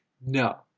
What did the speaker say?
No